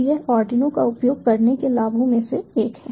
तो यह आर्डिनो का उपयोग करने के लाभों में से एक है